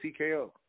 TKO